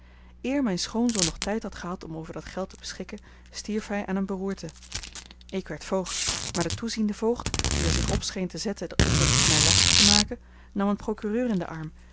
eer mijn schoonzoon nog tijd had gehad om over dat geld te beschikken stierf hij aan eene beroerte ik werd voogd maar de toeziende voogd die er zich op scheen te zetten om het mij lastig te maken nam een procureur in den arm